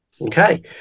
Okay